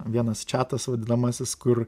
vienas čiatas vadinamasis kur